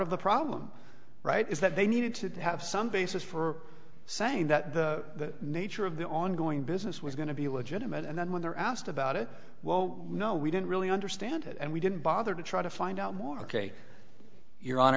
of the problem right is that they needed to have some basis for saying that the nature of the ongoing business was going to be legitimate and then when they're asked about it well you know we didn't really understand it and we didn't bother to try to find out more ok your hon